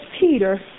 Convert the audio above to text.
Peter